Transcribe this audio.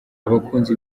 abakunzi